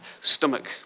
stomach